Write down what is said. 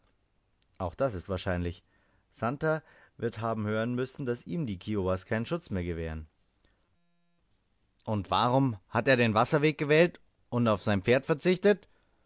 auch das ist wahrscheinlich santer wird haben hören müssen daß ihm die kiowas keinen schutz mehr gewähren und warum hat er den wasserweg gewählt und auf sein pferd verzichtet